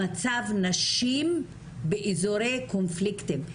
למצב נשים באזורי קונפליקטים.